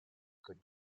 could